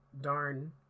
darn